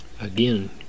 again